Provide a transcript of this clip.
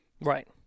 Right